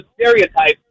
stereotypes